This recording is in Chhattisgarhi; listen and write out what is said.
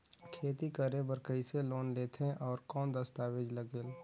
खेती करे बर कइसे लोन लेथे और कौन दस्तावेज लगेल?